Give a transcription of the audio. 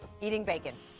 eating bacon.